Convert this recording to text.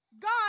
God